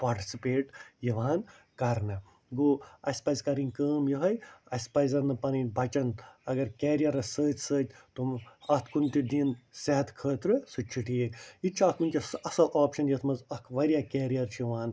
participate یِوان کرنہٕ گوٚو اسہِ پَزِ کَرٕنۍ کٲم یِہٲے اسہِ پَزن نہٕ پنٕنۍ بچن اگر کیرِیرس سۭتۍ سۭتۍ تِم اَتھ کُن تہِ دِنۍ صحت خٲطرٕ سُہ تہِ چھُ ٹھیٖک یہِ تہِ چھُ اکھ وُنٛکیٚس سۄ اصٕل آپشن یَتھ منٛز اَکھ وارِیاہ کیرِیر چھِ یِوان